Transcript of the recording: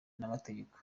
n’amategeko